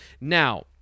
Now